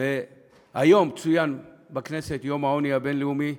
היום צוין בכנסת יום העוני הבין-לאומי.